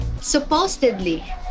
supposedly